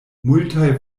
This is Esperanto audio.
multaj